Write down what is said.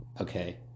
Okay